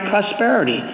prosperity